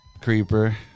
Creeper